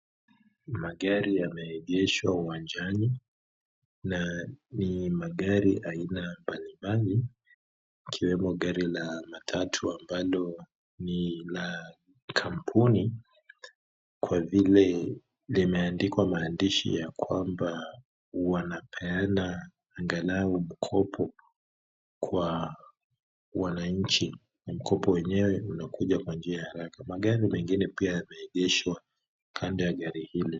Magari yameegeshwa uwanjani, na ni magari aina mbalimbali, ikiwemo gari la matatu ambalo ni la kampuni kwa vile limeandikwa maandishi ya kwamba wanapeana angalau mkopo kwa wananchi, mkopo wenyewe unakuja kwa njia ya haraka. Magari mengine pia yameegeshwa kando ya gari hili.